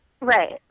Right